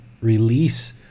release